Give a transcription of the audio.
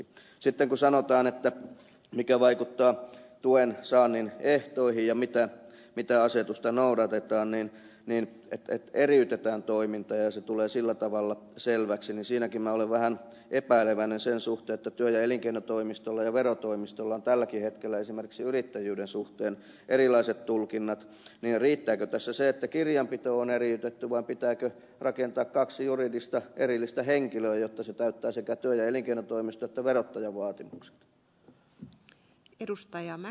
sitten kun sanotaan mikä vaikuttaa tuen saannin ehtoihin ja mitä asetusta noudatetaan että eriytetään toiminta ja se tulee sillä tavalla selväksi niin siinäkin minä olen vähän epäileväinen sen suhteen että kun työ ja elinkeinotoimistolla ja verotoimistolla on tälläkin hetkellä esimerkiksi yrittäjyyden suhteen erilaiset tulkinnat niin riittääkö tässä se että kirjanpito on eriytetty vai pitääkö rakentaa kaksi juridista erillistä henkilöä jotta se täyttää sekä työ ja elinkeinotoimiston että verottajan vaatimukset